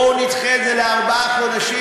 בואו נדחה את זה בארבעה חודשים,